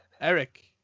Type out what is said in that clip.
eric